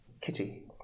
kitty